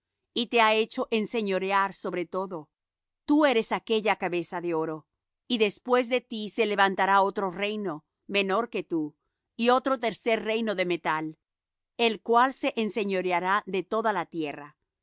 y te ha hecho enseñorear sobre todo tú eres aquella cabeza de oro y después de ti se levantará otro reino menor que tú y otro tercer reino de metal el cual se enseñoreará de toda la tierra